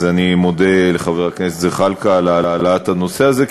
אז אני מודה לחבר הכנסת זחאלקה על העלאת הנושא הזה,